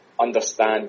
understand